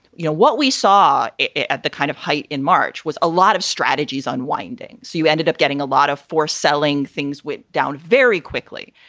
you know, what we saw at the kind of height in march was a lot of strategies unwinding. so you ended up getting a lot of forced selling. things went down very quickly.